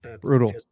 Brutal